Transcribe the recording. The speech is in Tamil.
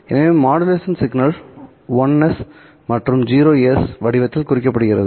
எனவே மாடுலேஷன் சிக்னல் 1's மற்றும் 0's வடிவத்தில் குறிக்கப்படுகிறது